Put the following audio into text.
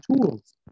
tools